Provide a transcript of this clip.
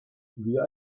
wir